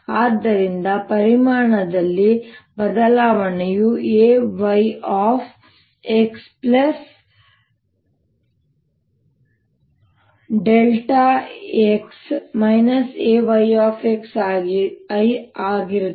ಆದ್ದರಿಂದ ಪರಿಮಾಣದಲ್ಲಿನ ಬದಲಾವಣೆಯುAyxx Ayx ಆಗಿರುತ್ತದೆ